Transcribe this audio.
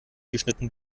geschnitten